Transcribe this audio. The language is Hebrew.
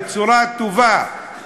בצורה טובה,